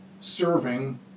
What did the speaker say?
serving